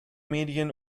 medien